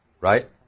right